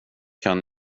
kan